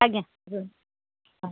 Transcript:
ଆଜ୍ଞା ରୁହନ୍ତୁ ହଁ